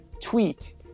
tweet